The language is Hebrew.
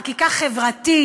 זאת חקיקה חברתית,